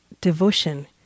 devotion